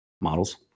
models